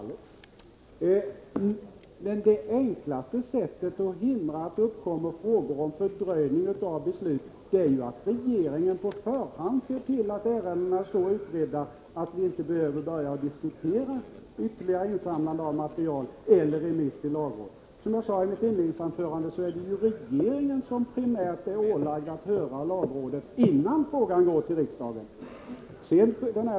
Men det enklaste sättet att hindra att det uppkommer frågor om fördröjning av beslut är att regeringen på förhand ser till att ärendena är så utredda att vi inte behöver diskutera ytterligare insamlande av material eller remiss till lagrådet. Som jag sade i mitt inledningsanförande är det primärt regeringen som är ålagd att höra lagrådet, innan frågan går till riksdagen.